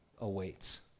awaits